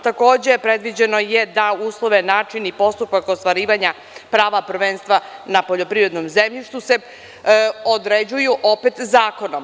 Takođe, predviđeno je da uslovi, način i postupak ostvarivanja prava prvenstva na poljoprivrednom zemljištu se određuju, opet zakonom.